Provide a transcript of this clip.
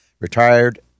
retired